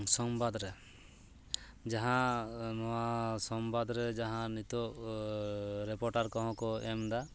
ᱥᱚᱝᱵᱟᱫᱽᱨᱮ ᱡᱟᱦᱟᱸ ᱱᱚᱣᱟ ᱥᱚᱝᱵᱟᱫᱽᱨᱮ ᱡᱟᱦᱟᱸ ᱱᱤᱛᱚᱜ ᱨᱤᱯᱳᱴᱟᱨ ᱠᱚᱦᱚᱸ ᱠᱚ ᱮᱢ ᱮᱫᱟ